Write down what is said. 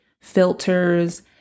filters